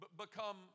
become